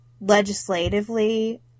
legislatively